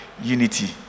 Unity